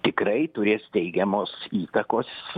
tikrai turės teigiamos įtakos